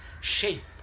shape